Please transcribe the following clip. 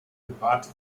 bewahrte